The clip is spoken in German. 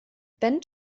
wendt